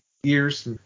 years